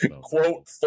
quote